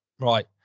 right